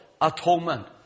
atonement